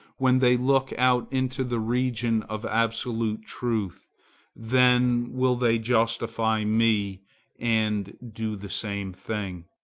when they look out into the region of absolute truth then will they justify me and do the same thing.